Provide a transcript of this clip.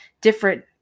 different